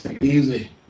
Easy